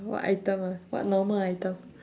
what item ah what normal item